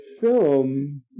film